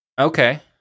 Okay